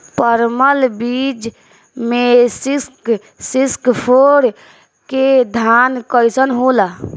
परमल बीज मे सिक्स सिक्स फोर के धान कईसन होला?